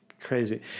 crazy